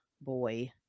boy